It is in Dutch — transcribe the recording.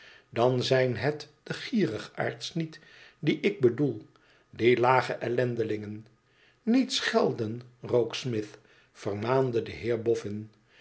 dan zijn het de gierigaards niet die ik bedoel die lage ellendelingen niet schelden rokesmith vermaande de